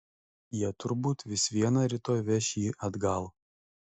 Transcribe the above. jie turbūt vis viena rytoj veš jį atgal